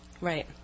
Right